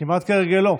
כמעט כהרגלו,